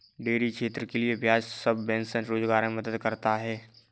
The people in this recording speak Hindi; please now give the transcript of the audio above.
डेयरी क्षेत्र के लिये ब्याज सबवेंशन रोजगार मे मदद करता है